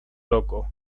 loco